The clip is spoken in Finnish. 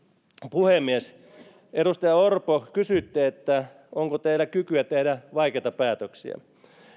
puhemies edustaja orpo kysytte onko teillä kykyä tehdä vaikeita päätöksiä